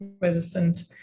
resistant